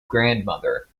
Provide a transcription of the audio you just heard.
grandmother